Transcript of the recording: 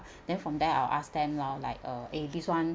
then from there I will ask them lor like uh eh this one